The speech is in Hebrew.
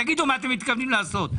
תגידו מה אתם מתכוונים לעשות.